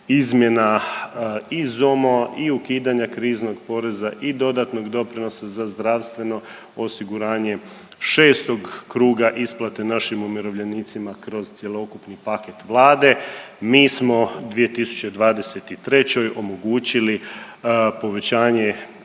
izmjena i ZOM-a i ukidanja kriznog poreza i dodatnog doprinosa za zdravstveno osiguranje, 6 kruga isplate našim umirovljenicima kroz cjelokupni paket Vlade mi smo u 2023. omogućili povećanje